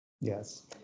Yes